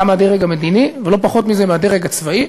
גם מהדרג המדיני, ולא פחות מזה גם מהדרג הצבאי,